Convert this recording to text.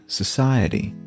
society